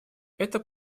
это